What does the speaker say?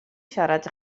siarad